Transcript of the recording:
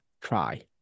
try